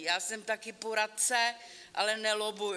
Já jsem taky poradce, ale nelobbuji.